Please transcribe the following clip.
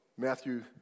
Matthew